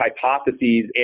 hypotheses